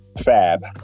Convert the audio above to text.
fab